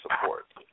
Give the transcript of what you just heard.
support